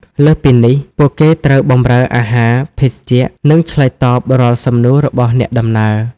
លើសពីនេះ ពួកគេត្រូវបម្រើអាហារ ភេសជ្ជៈ និងឆ្លើយតបរាល់សំណួររបស់អ្នកដំណើរ។